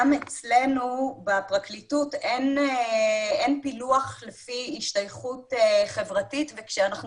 גם אצלנו בפרקליטות אין פילוח לפי השתייכות חברתית וכשאנחנו